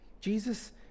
Jesus